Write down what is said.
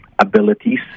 Abilities